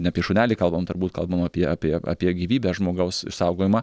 ne apie šunelį kalbam turbūt kalbam apie apie apie gyvybę žmogaus išsaugojimą